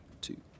two